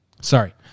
Sorry